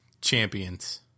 champions